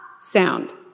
sound